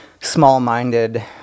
small-minded